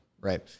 right